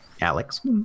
Alex